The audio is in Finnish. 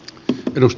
kiitos